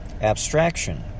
abstraction